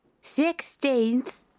Sixteenth